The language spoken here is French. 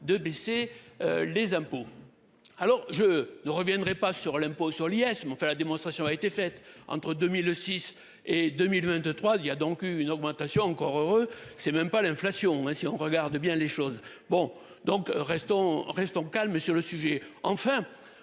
de baisser les impôts. Alors je ne reviendrai pas sur l'impôt sur Liès fait la démonstration a été faite entre 2006 et 2023 il y a donc une augmentation encore heureux. C'est même pas l'inflation, mais si on regarde bien les choses. Bon donc restons restons calme sur le sujet enfin.